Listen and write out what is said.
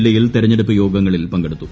ജില്ലയിൽ തെരഞ്ഞെടുപ്പ് യ്യോഗിങ്ങളിൽ പങ്കെടുത്തു